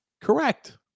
Correct